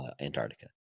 Antarctica